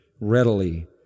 readily